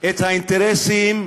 את הערכים לאינטרסים?